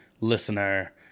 listener